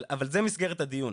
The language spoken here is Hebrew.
אבל זו מסגרת הדיון.